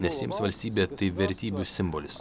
nes jiems valstybė tai vertybių simbolis